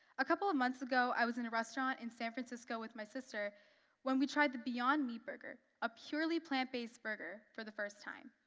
a couple of months ago, i was in a restaurant in san francisco with my sister when we tried the beyond meat burger, a purely plant-based burger, for the first time.